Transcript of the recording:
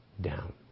down